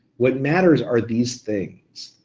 what matters are these things,